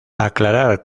aclarar